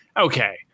okay